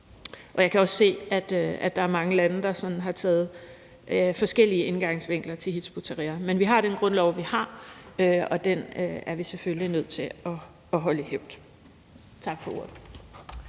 og jeg kan også se, at der er mange lande, der sådan har taget forskellige indgangsvinkler til Hizb ut-Tahrir. Men vi har den grundlov, vi har, og den er vi selvfølgelig nødt til at holde i hævd. Tak for ordet.